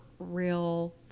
real